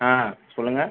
ஆ சொல்லுங்கள்